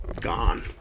gone